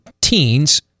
teens